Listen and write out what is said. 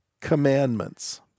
commandments